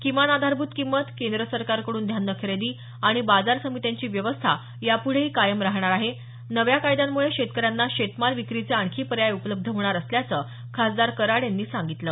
किमान आधारभूत किंमत केंद्र सरकारकडून धान्य खरेदी आणि बाजार समित्यांची व्यवस्था याप्रढेही कायम राहणार आहे नव्या कायद्यांमुळे शेतकऱ्यांना शेतमाल विक्रीचे आणखी पर्याय उपलब्ध होणार असल्याचं खासदार कराड यांनी सांगितलं